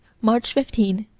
march fifteen,